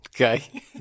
Okay